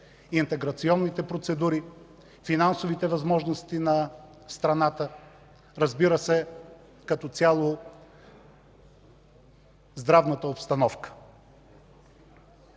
интеграционните процедури, финансовите възможности на страната и като цяло здравната обстановка.